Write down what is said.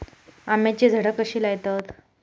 आम्याची झाडा कशी लयतत?